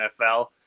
NFL